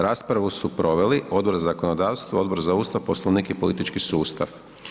Raspravu su proveli Odbor za zakonodavstvo, Odbor za Ustav, Poslovnik i politički sustav.